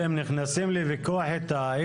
אתם נכנסים לוויכוח איתה,